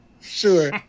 Sure